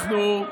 אנחנו,